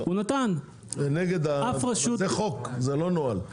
זה חוק, זה לא נוהל.